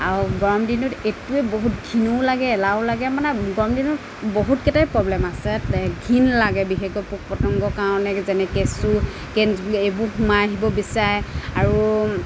আৰু গৰম দিনটোত এইটোৱে বহুত ঘিণো লাগে এলাহো লাগে মানে গৰম দিনত বহুত কেইটাই প্ৰব্লেম আছে ঘিণ লাগে বিশেষকৈ পোক পতংগৰ কাৰণে কিজানি কেঁচু কেনজেলেকা এইবোৰ সোমাই আহিব বিচাৰে আৰু